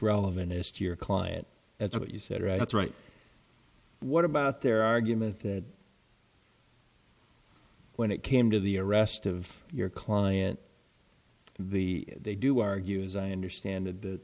relevant is your client that's what you said right that's right what about their argument that when it came to the arrest of your client the they do argue as i understand that th